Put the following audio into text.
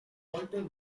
walter